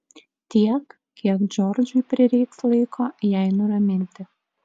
tiek kiek džordžui prireiks laiko jai nuraminti